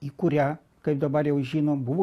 į kurią kaip dabar jau žinom buvo